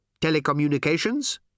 telecommunications